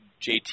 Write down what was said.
JT